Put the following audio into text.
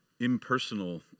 impersonal